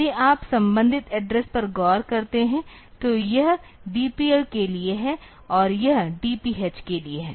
यदि आप संबंधित एड्रेस पर गौर करते हैं तो यह DPL के लिए है और यह DPH के लिए है